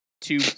two